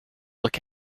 look